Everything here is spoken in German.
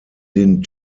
den